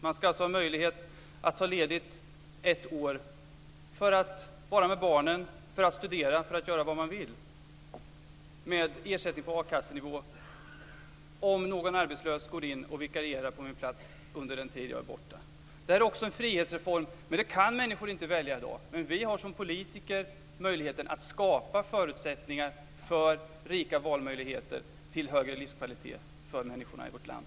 Man ska alltså ha möjlighet att ta ledigt ett år för att vara med barnen, för att studera eller för att göra vad man vill med ersättning på a-kassenivå om någon arbetslös går in och vikarierar på ens plats under den tid man är borta. Det här är också en frihetsreform. Det kan människor inte välja i dag, men vi har som politiker möjligheten att skapa förutsättningar för rika valmöjligheter för högre livskvalitet för människorna i vårt land.